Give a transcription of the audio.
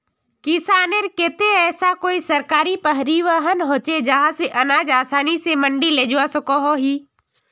किसानेर केते ऐसा कोई सरकारी परिवहन होचे जहा से अनाज आसानी से मंडी लेजवा सकोहो ही?